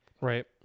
Right